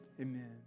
Amen